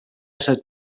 ses